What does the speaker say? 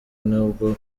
nubwo